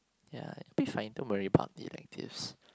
ya you'll be fine don't worry about the electives